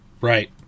Right